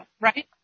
right